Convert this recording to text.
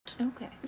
Okay